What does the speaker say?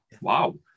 wow